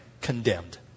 condemned